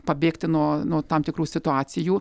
pabėgti nuo nuo tam tikrų situacijų